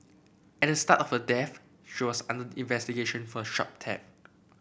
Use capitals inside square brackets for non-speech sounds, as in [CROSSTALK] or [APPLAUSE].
at the start of her death she was under investigation for shop [UNINTELLIGIBLE]